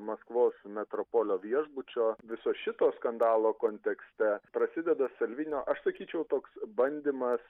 maskvos metropolio viešbučio viso šito skandalo kontekste prasideda salvinio aš sakyčiau toks bandymas